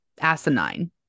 asinine